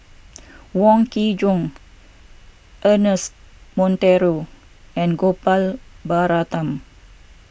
Wong Kin Jong Ernest Monteiro and Gopal Baratham